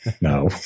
no